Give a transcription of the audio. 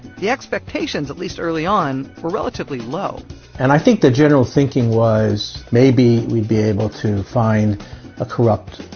the expectations at least early-on were relatively low and i think the general thinking was maybe we'd be able to find a corrupt